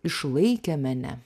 išlaikė mene